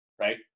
Right